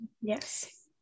Yes